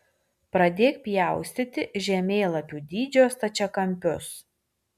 pradėk pjaustyti žemėlapių dydžio stačiakampius